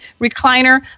recliner